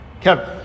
Kevin